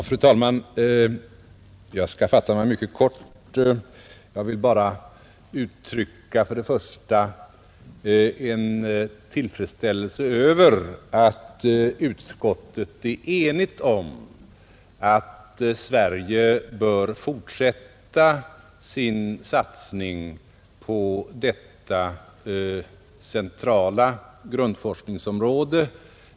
Fru talman! Jag skall fatta mig mycket kort. Jag vill först och främst bara uttrycka en tillfredsställelse över att utskottet är enigt om att Sverige bör fortsätta sin satsning på detta centrala grundforskningsområde.